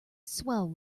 swell